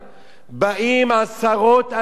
באים עשרות אלפים,